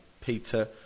Peter